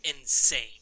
insane